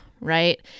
right